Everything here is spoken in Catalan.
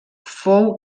fou